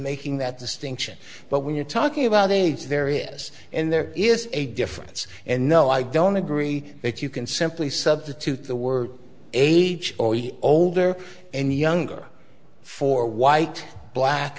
making that distinction but when you're talking about aids various and there is a difference and no i don't agree that you can simply substitute the word age or older and younger for white black